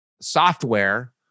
software